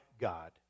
God